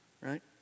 right